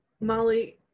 Molly